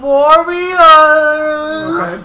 Warriors